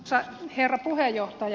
arvoisa herra puheenjohtaja